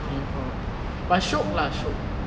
three four but shiok lah shiok